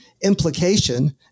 implication